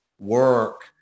work